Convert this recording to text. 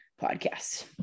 podcast